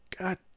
God